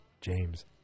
James